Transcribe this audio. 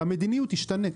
והמדיניות תשתנה.